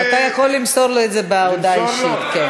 אתה יכול למסור לו את זה בהודעה האישית.